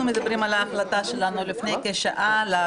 החלטת ועדת הכנסת בדבר